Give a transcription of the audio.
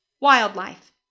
Wildlife